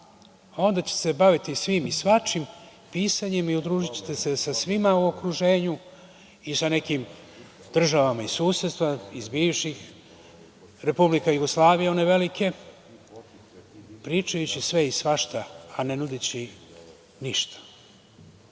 onda će se baviti svim i svačim, pisanjem i udružićete se sa svima u okruženju i sa nekim državama iz susedstva, iz bivših republika Jugoslavije one velike, pričajući sve i svašta, a ne nudeći ništa. Na